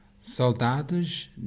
Soldados